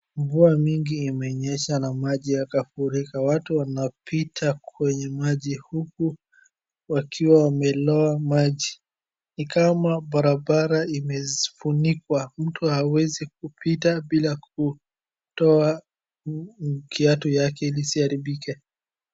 Mvua mingi imenyesha na maji yakafurika, watu wanapita kwenye maji uku wakiwa wamelowa maji. Ni kama barabara imefunikwa mtu hawezi kupita bila kutoa kiatu yake ili isiharibike.